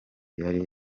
yari